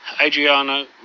Adriano